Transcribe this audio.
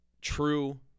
true